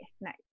nice